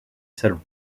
salon